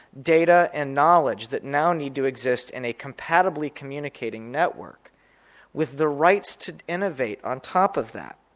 data and knowledge that now need to exist in a compatibly communicating network with the rights to innovate on top of that.